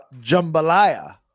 jambalaya